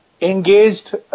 engaged